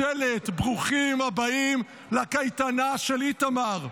שלט: ברוכים הבאים לקייטנה של איתמר.